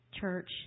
church